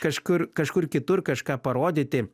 kažkur kažkur kitur kažką parodyti